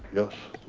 yes.